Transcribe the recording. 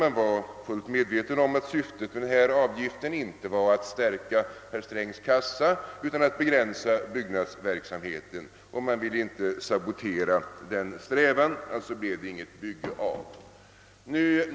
Man var fullt medveten om att syftet med investeringsavgiften inte var att stärka herr Strängs kassa utan att begränsa byggnadsverksamheten. Den strävan ville man inte sabotera, och därför blev det inget bygge av.